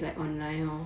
mm oh